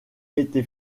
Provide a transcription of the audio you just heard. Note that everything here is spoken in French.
été